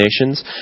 nations